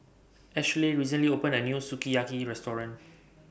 Ashleigh recently opened A New Sukiyaki Restaurant